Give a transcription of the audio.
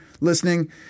listening